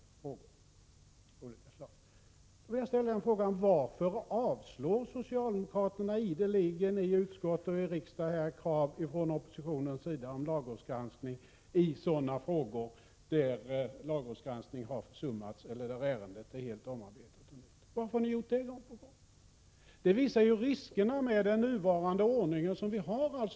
1986/87:54 olika förslag. Varför avslår då socialdemokraterna ideligen i riksdagen krav 14 januari 1987 från oppositionens sida om lagrådsgranskning i frågor där lagrådsgranskning har försummats eller när ärendet är helt omarbetat? Det visar ju riskerna med den nuvarande ordningen.